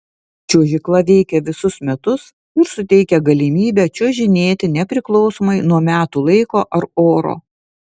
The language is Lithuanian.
čiuožykla veikia visus metus ir suteikia galimybę čiuožinėti nepriklausomai nuo metų laiko ar oro